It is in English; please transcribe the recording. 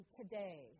today